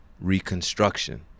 reconstruction